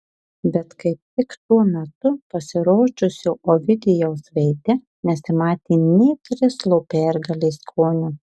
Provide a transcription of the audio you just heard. bet kaip tik tuo metu pasirodžiusio ovidijaus veide nesimatė nė krislo pergalės skonio